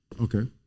Okay